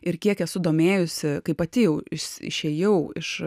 ir kiek esu domėjusi kaip pati jau išėjau iš